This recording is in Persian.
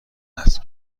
است